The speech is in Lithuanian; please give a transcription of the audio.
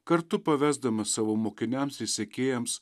kartu pavesdamas savo mokiniams ir sekėjams